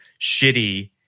shitty